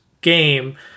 game